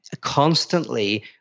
Constantly